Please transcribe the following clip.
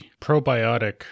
probiotic